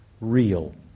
real